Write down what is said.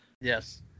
yes